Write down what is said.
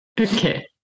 Okay